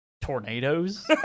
tornadoes